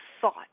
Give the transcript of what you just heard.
thought